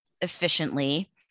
efficiently